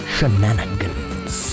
Shenanigans